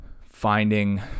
Finding